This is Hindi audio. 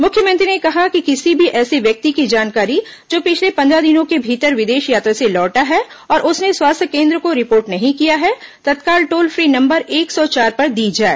मुख्यमंत्री ने कहा है कि किसी भी ऐसे व्यक्ति की जानकारी जो पिछले पंद्रह दिनों के भीतर विदेश यात्रा से लौटा है और उसने स्वास्थ्य केन्द्र को रिपोर्ट नहीं किया है तत्काल टोल फ्री नंबर एक सौ चार पर दी जाए